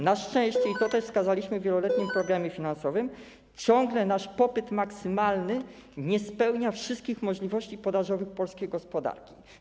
Na szczęście - i to też wskazaliśmy w wieloletnim programie finansowym - nasz popyt maksymalny ciągle nie spełnia wszystkich możliwości podażowych polskiej gospodarki.